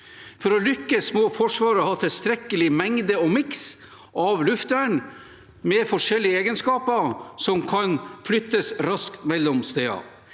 For å lykkes må Forsvaret ha tilstrekkelig mengde og miks av luftvern med forskjellige egenskaper, som kan flyttes raskt mellom steder.